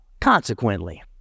Consequently